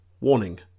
Warning